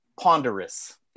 ponderous